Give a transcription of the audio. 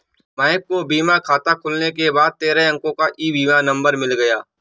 महक को बीमा खाता खुलने के बाद तेरह अंको का ई बीमा नंबर मिल गया